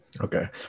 Okay